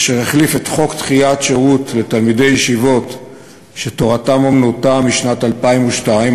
אשר החליף את חוק דחיית שירות לתלמידי ישיבות שתורתם אומנותם משנת 2002,